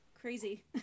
crazy